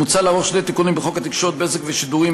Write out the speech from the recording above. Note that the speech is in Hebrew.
מוצע לערוך שני תיקונים בחוק התקשורת (בזק ושידורים),